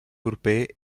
proper